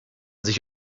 sich